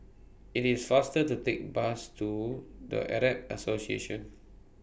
IT IS faster to Take Bus to The Arab Association